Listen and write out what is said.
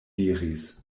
diris